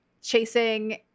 Chasing